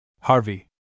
Harvey